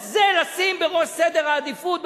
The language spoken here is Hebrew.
את זה לשים בראש סדר העדיפות,